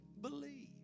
believe